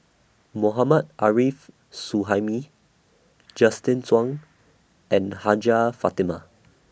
Mohammad Arif Suhaimi Justin Zhuang and Hajjah Fatimah